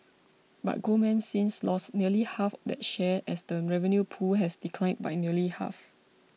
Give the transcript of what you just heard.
but Goldman since lost nearly half that share as the revenue pool has declined by nearly half